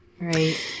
Right